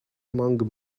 among